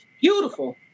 beautiful